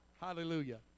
Hallelujah